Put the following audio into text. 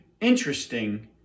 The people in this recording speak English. interesting